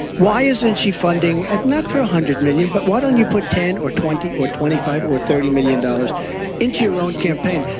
why isn't she funding. not for a hundred million, but why don't you put ten or twenty or twenty five or thirty million dollars into your campaign.